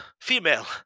female